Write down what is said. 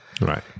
Right